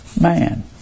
man